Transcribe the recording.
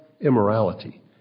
immorality